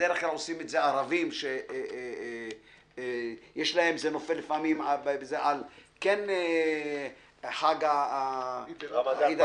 בדרך כלל עושים את זה ערבים שיש להם זה נופל על כן חג עיד אל-אדחא,